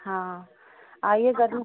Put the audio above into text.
हाँ आइए ज़रूर